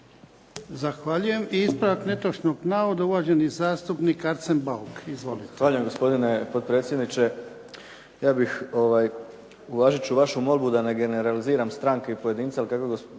Zahvaljujem. I ispravak netočnog navoda, uvaženi zastupnik Arsen Bauk. Izvolite. **Bauk, Arsen (SDP)** Zahvaljujem, gospodine potpredsjedniče. Ja bih, uvažit ću vašu molbu da ne generaliziram stranke i pojedinca, ali kako